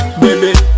baby